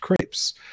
crepes